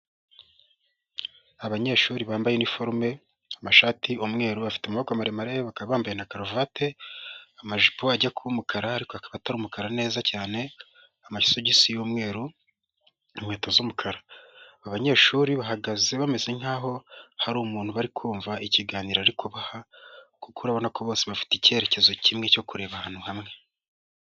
Abanyeshuri bambaye iniforume, amashati umweru afite amaboko maremare, bakaba bambaye na karuvati, amajipo ajya kuba umukara ariko akaba atari umukara neza cyane, amasogisi y'umweru, inkweto z'umukara, abanyeshuri bahagaze bameze nk'aho hari umuntu bari kumva ikiganiro ariko kuko urabona ko bose bafite icyerekezo kimwe cyo kureba ahantu hamwe.